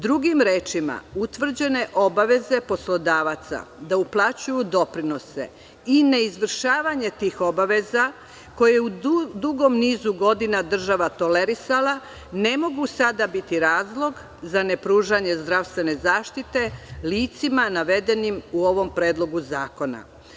Drugim rečima, utvrđene obaveze poslodavaca da uplaćuju doprinose i neizvršavanje tih obaveza, koje je u dugom nizu godina država tolerisala, ne mogu sada biti razlog za nepružanje zdravstvene zaštite licima navedenim u ovom predlogu zakona.